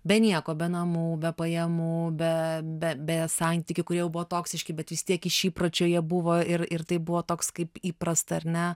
be nieko be namų be pajamų be be be santykių kurie jau buvo toksiški bet vis tiek iš įpročio jie buvo ir ir tai buvo toks kaip įprasta ar ne